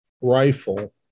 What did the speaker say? rifle